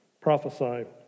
prophesy